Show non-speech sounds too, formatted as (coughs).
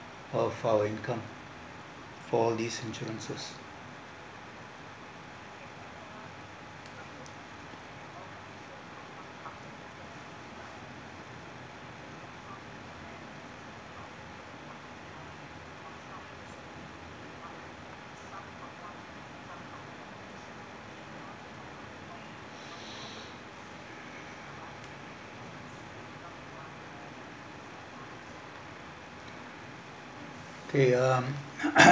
of our income for these insurances (breath) K um (coughs)